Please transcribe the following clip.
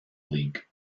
league